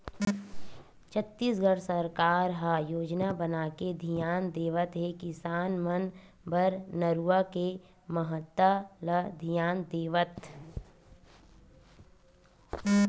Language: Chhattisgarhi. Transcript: छत्तीसगढ़ सरकार ह योजना बनाके धियान देवत हे किसान मन बर नरूवा के महत्ता ल धियान देवत